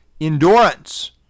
endurance